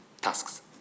tasks